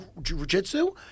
jujitsu